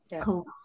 cool